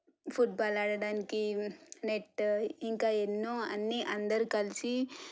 football ఆడడానికి net ఇంకా ఎన్నో అన్నీ అందరు కలిసి